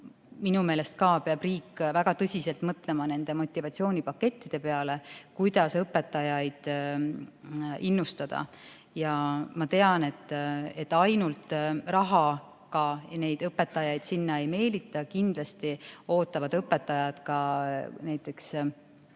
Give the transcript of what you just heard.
minu meelest ka riik väga tõsiselt mõtlema motivatsioonipakettide peale, kuidas õpetajaid innustada. Ma tean, et ainult rahaga õpetajaid sinna ei meelita. Kindlasti ootavad õpetajad ka näiteks